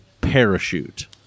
Parachute